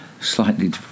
Slightly